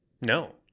no